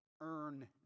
earn